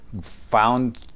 found